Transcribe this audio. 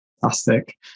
Fantastic